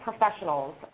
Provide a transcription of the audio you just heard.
professionals